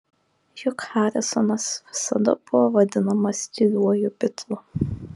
juk harrisonas visada buvo vadinamas tyliuoju bitlu